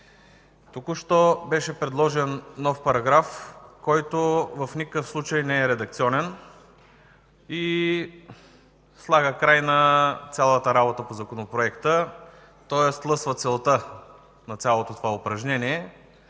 Току-що беше предложен нов параграф, който в никакъв случай не е редакционен и слага край на цялата работа по Законопроекта. Тоест лъсва целта на цялото това упражнение.